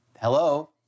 Hello